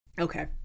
Okay